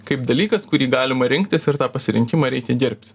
kaip dalykas kurį galima rinktis ir tą pasirinkimą reikia gerbt